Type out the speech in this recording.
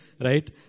Right